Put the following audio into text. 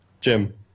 Jim